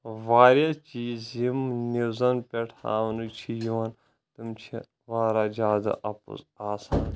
واریاہ چیٖز یم نیوزَن پٮ۪ٹھ ہاونہٕ چھِ یوان تم چھِ واریاہ زیادٕ اپُز آسان